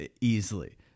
Easily